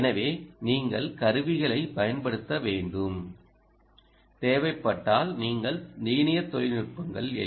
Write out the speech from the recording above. எனவே நீங்கள் கருவிகளைப் பயன்படுத்த வேண்டும் தேவைப்பட்டால் நீங்கள் லீனியர் தொழில்நுட்பங்கள் எல்